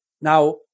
Now